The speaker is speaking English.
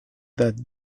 that